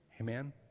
Amen